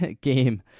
game